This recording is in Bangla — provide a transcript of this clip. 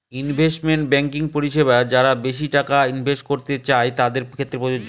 ইনভেস্টমেন্ট ব্যাঙ্কিং পরিষেবা যারা বেশি টাকা ইনভেস্ট করতে চাই তাদের ক্ষেত্রে প্রযোজ্য